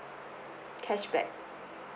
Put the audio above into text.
cashback